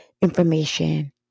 information